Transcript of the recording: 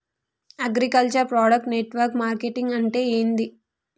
Agriculture product network marketing అంటే ఏంది?